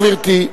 גברתי.